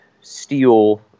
steel